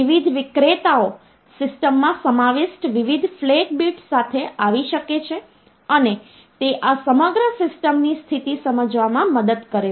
વિવિધ વિક્રેતાઓ સિસ્ટમમાં સમાવિષ્ટ વિવિધ ફ્લેગ બિટ્સ સાથે આવી શકે છે અને તે આ સમગ્ર સિસ્ટમની સ્થિતિ સમજવામાં મદદ કરે છે